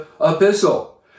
epistle